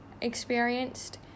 experienced